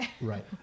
Right